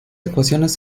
ecuaciones